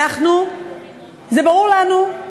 ברור לנו,